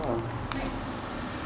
nice